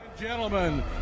Gentlemen